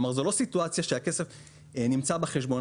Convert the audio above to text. כלומר, זאת לא סיטואציה שהכסף נמצא בחשבון.